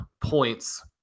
points